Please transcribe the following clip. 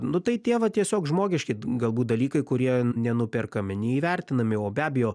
nu tai tie vat tiesiog žmogiški galbūt dalykai kurie nenuperkami neįvertinami o be abejo